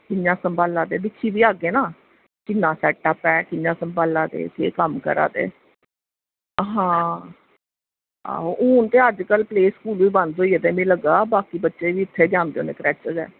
कि'यां सम्हाला दे दिक्खी ते आह्गे ना कि'यां सेटअप ऐ कि'यां सम्हाला दे केह् करा दे ते आं हून ते अज्जकल प्ले स्कूल बी बंद होई गेदे ते मिगी लग्गा दा बाकी बच्चे बी इत्थें जंदे क्रच गै